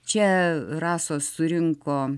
čia rasos surinko